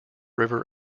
river